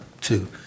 two